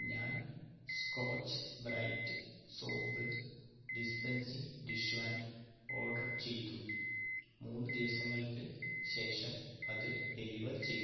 ഞാൻ Scotch Brite soap dispensing dish wand order ചെയ്തു മൂന്ന് ദിവസങ്ങൾക്ക് ശേഷം അത് ഡെലിവർ ചെയ്തു